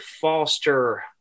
foster